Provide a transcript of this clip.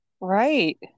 Right